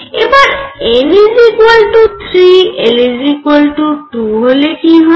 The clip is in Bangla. এবার n 3 l 2 হলে কি হবে